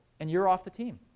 and you're off the team.